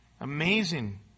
Amazing